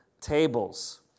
tables